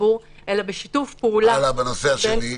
הציבור אלא בשיתוף פעולה -- והנושא השני?